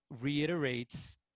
reiterates